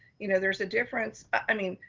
you know there's a difference. i mean,